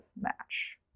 match